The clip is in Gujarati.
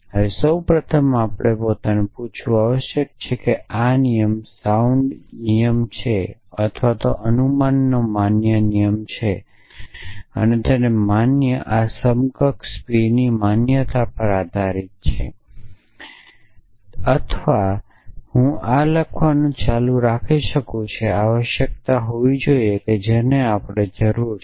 હવે સૌ પ્રથમ આપણે પોતાને પૂછવું આવશ્યક છે કે આ નિયમ સાઉન્ડ નિયમ છે અથવા અનુમાનનો માન્ય નિયમ છે અને તેની માન્યતા આ સમકક્ષ P ની માન્યતા પર આધારિત છે અથવા તેથી હું આ લખવાનું ચાલુ રાખી શકું આ આવશ્યકતા હોવી જોઈએ જેની આપણને જરૂર છે